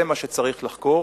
זה מה שצריך לחקור.